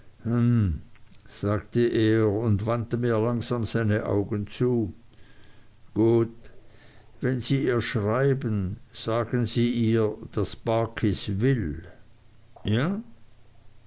sagte er und wandte mir langsam seine augen zu gut wenn sie ihr schreiben sagen sie ihr daß barkis will ja